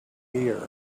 here